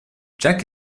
jack